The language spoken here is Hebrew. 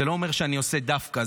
זה לא אומר שאני עושה דווקא,